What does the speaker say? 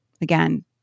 again